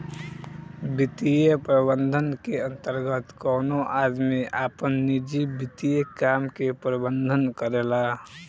वित्तीय प्रबंधन के अंतर्गत कवनो आदमी आपन निजी वित्तीय काम के प्रबंधन करेला